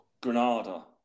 Granada